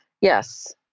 Yes